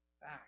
back